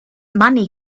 money